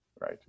right